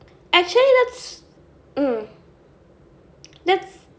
actually that's mm that's